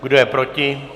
Kdo je proti?